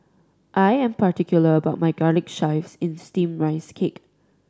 I am particular about my garlic chives in Steamed Rice Cake